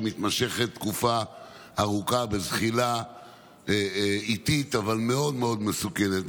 שמתמשכת תקופה ארוכה בזחילה איטית אבל מאוד מאוד מסוכנת.